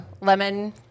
lemon